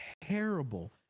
terrible